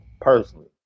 personally